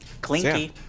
Clinky